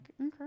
okay